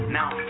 now